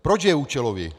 Proč je účelový?